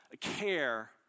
care